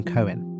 Cohen